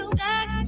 back